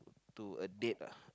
to a date uh